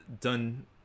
done